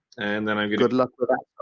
and then i'll good luck for that.